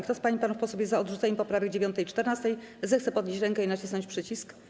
Kto z pań i panów posłów jest za odrzuceniem poprawek 9. i 14., zechce podnieść rękę i nacisnąć przycisk.